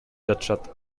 жатышат